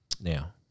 now